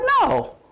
no